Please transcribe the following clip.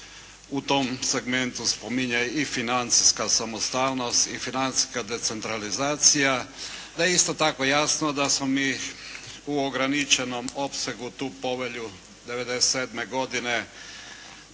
u tom segmentu spominje i financijska samostalnost i financijska decentralizacija, da je isto tako jasno da smo mi u ograničenom opsegu tu Povelju '97. godine